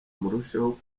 murusheho